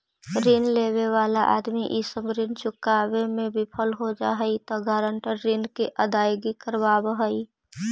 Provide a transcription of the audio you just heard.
ऋण लेवे वाला आदमी इ सब ऋण चुकावे में विफल हो जा हई त गारंटर ऋण के अदायगी करवावऽ हई